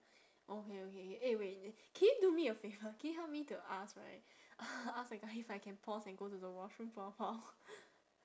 okay okay eh wait can you do me a favour can you help me to ask right ask that guy if I can pause and go to the washroom for awhile